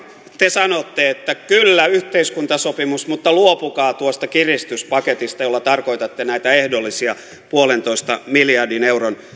te sanotte että kyllä yhteiskuntasopimus mutta luopukaa tuosta kiristyspaketista jolla tarkoitatte näitä ehdollisia yhden pilkku viiden miljardin euron